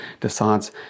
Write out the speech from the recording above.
decides